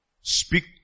speak